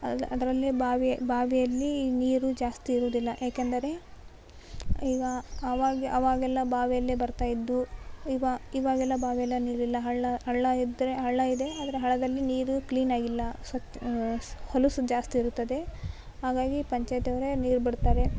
ಅದು ಅದರಲ್ಲೆ ಬಾವಿಯಲ್ಲಿ ನೀರು ಜಾಸ್ತಿ ಇರೋದಿಲ್ಲ ಯಾಕೆಂದರೆ ಈಗ ಆವಾಗ ಆವಾಗೆಲ್ಲ ಬಾವಿಯಲ್ಲೆ ಬರ್ತಾ ಇತ್ತು ಇವಾಗೆಲ್ಲ ಬಾವಿಯಲ್ಲಿ ನೀರಿಲ್ಲ ಹಳ್ಳ ಹಳ್ಳ ಇದ್ದರೆ ಹಳ್ಳ ಇದೆ ಆದರೆ ಹಳ್ಳದಲ್ಲಿ ನೀರು ಕ್ವೀನಾಗಿ ಇಲ್ಲ ಸ್ವಚ್ಛ ಹೊಲಸು ಜಾಸ್ತಿ ಇರುತ್ತದೆ ಹಾಗಾಗಿ ಪಂಚಾಯ್ತವರೆ ನೀರು ಬಿಡ್ತಾರೆ